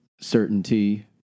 certainty